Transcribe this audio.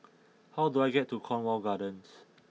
how do I get to Cornwall Gardens